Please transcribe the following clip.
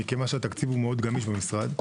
כי התקציב מאוד גמיש במשרד.